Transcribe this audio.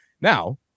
now